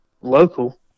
local